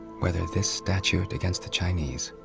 whether this statute against the chinese